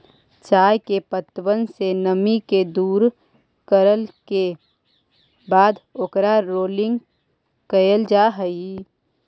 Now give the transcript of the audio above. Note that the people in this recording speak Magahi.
चाय के पत्तबन से नमी के दूर करला के बाद ओकर रोलिंग कयल जा हई